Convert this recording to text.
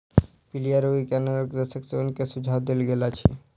पीलिया रोगी के अनारक रसक सेवन के सुझाव देल गेल अछि